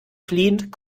fliehend